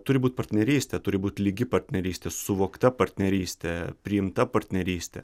turi būt partnerystė turi būti lygi partnerystė suvokta partnerystė priimta partnerystė